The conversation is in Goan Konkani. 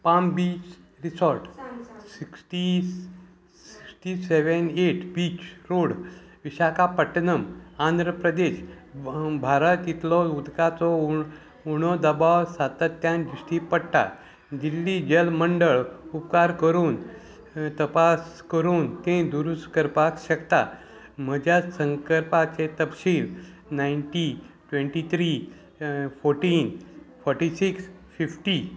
palm Beach Resort sixty sixty seven eight Beach Road Visakhapatnam Andhra Pradesh Bharat इतलो उदकाचो उण उणो दबाव सातत्यान दिश्टी पडटा दिल्ली जल मंडळ उपकार करून तपास करून तें दुरूस्त करपाक शकता म्हज्या संकर्पाचे तपशील ninety twenty three fourteen forty six fifty